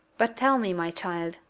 but tell me, my child,